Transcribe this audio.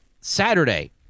Saturday